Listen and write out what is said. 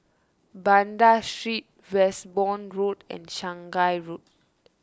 Banda Street Westbourne Road and Shanghai Road